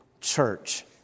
church